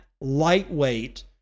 lightweight